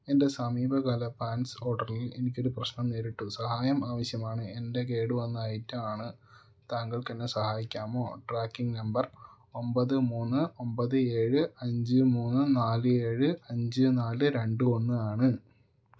എൻ്റെ സമീപകാല പാന്റ്സ് ഓഡറിൽ എനിക്കൊരു പ്രശ്നം നേരിട്ടു സഹായം ആവശ്യമാണ് എൻ്റെ കേടുവന്ന ഐറ്റമാണ് താങ്കൾക്കെന്നെ സഹായിക്കാമോ ട്രാക്കിംഗ് നമ്പർ ഒമ്പത് മൂന്ന് ഒമ്പത് ഏഴ് അഞ്ച് മൂന്ന് നാല് ഏഴ് അഞ്ച് നാല് രണ്ട് ഒന്ന് ആണ്